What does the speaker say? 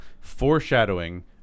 Foreshadowing